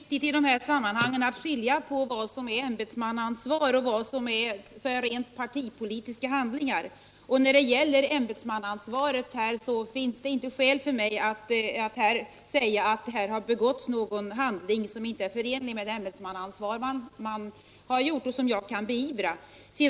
Herr talman! Det är viktigt att i dessa sammanhang skilja på vad som sker under ämbetsmannaansvar och vad som är rent politiska handlingar. När det gäller ämbetsmannaansvaret finns det inte skäl för mig att här säga att det har begåtts någon handling som inte är förenlig med ämbetsmannaansvaret och som jag kan beivra.